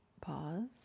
pause